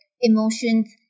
emotions